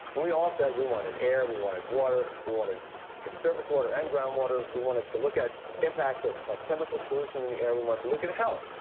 and we all said we wanted air, we wanted water, we wanted service water and groundwater. we wanted to look at impacts of of chemical pollution in the air. we wanted to look at health.